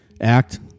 act